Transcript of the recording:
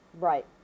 right